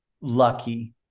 lucky